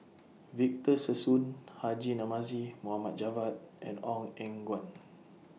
Victor Sassoon Haji Namazie Mohd Javad and Ong Eng Guan